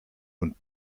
und